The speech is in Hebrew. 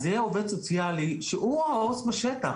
אז זה יהיה עובד סוציאלי שהוא העובד סוציאלי בשטח,